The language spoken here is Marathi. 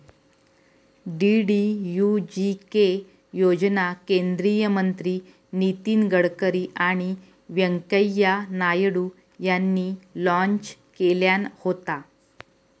डी.डी.यू.जी.के योजना केंद्रीय मंत्री नितीन गडकरी आणि व्यंकय्या नायडू यांनी लॉन्च केल्यान होता